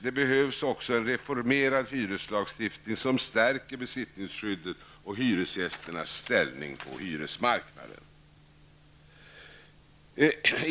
Det behövs också en reformerad hyreslagstiftning, som stärker besittningsskyddet och hyresgästernas ställning på hyresmarknaden. Herr talman!